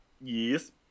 Yes